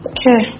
Okay